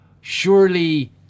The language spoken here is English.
surely